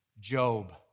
Job